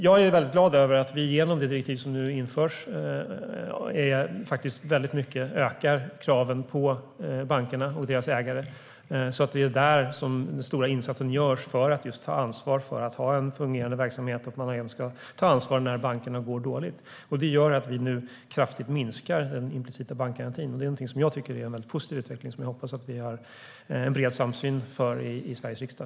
Jag är mycket glad över att vi genom det direktiv som nu införs väldigt mycket ökar kraven på bankerna och deras ägare, så att det är där som den stora insatsen görs för att ta ansvar för att ha en fungerande verksamhet och att de ska ta ansvar när bankerna går dåligt. Det gör att vi nu kraftigt minskar den implicita bankgarantin. Det är någonting som jag tycker är en mycket positiv utveckling och som jag hoppas att vi har en bred samsyn om i Sveriges riksdag.